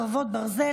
חרבות ברזל),